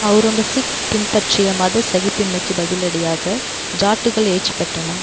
ஹவுரங்கசீப் பின்பற்றிய மத சகிப்பின்மைக்கு பதிலடியாக ஜாட்டுகள் எழுச்சி பெற்றனர்